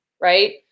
right